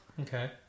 okay